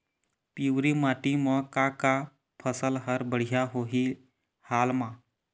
पिवरी माटी म का का फसल हर बढ़िया होही हाल मा?